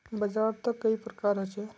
बाजार त कई प्रकार होचे?